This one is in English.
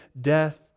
death